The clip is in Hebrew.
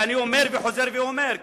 ואני אומר וחוזר ואומר,